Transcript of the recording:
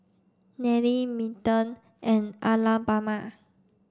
Nelly Milton and Alabama